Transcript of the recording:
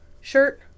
shirt